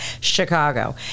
Chicago